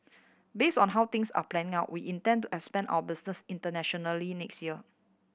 base on how things are panning out we intend to expand our business internationally next year